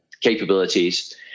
capabilities